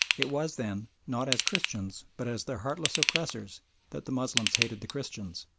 it was, then, not as christians but as their heartless oppressors that the moslems hated the christians,